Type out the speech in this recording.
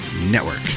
network